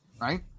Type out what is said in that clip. right